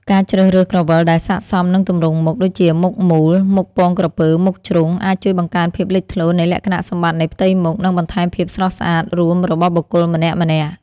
ការជ្រើសរើសក្រវិលដែលស័ក្តិសមនឹងទម្រង់មុខ (ដូចជាមុខមូល មុខពងក្រពើ មុខជ្រុង) អាចជួយបង្កើនភាពលេចធ្លោនៃលក្ខណៈសម្បត្តិនៃផ្ទៃមុខ និងបន្ថែមភាពស្រស់ស្អាតរួមរបស់បុគ្គលម្នាក់ៗ។